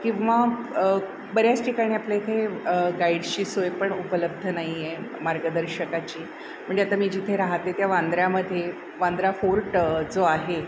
किंवा बऱ्याच ठिकाणी आपल्या इथे गाईडची सोय पण उपलब्ध नाही आहे मार्गदर्शकाची म्हणजे आता मी जिथे राहते त्या बांद्र्यामध्ये बांद्रा फोर्ट जो आहे